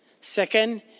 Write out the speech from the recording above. Second